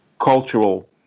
cultural